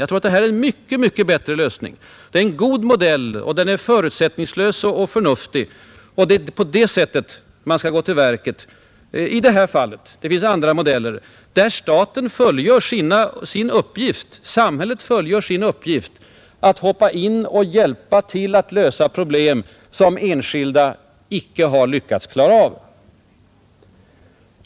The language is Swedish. Den nu valda vägen utgör säkert en mycket bättre lösning. Den är förutsättningslös och förnuftig. Det är på så sätt man skall gå till verket då staten och samhället måste fullgöra sin uppgift att lösa problem som enskilda inte kan klara av.